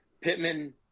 Pittman